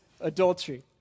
adultery